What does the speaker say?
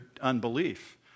unbelief